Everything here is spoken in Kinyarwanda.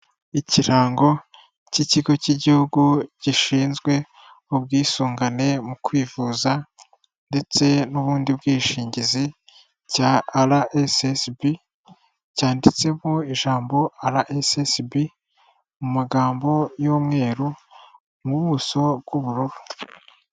Ikirango cy'ikigo cy'igihugu gishinzwe ubwisungane mu kwivuza, ndetse n'ubundi bwishingizi, cya RSSB, cyanditsemo ijambo RSSB mu magambo y'umweru, mu buso bw'ubururu.